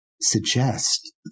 suggest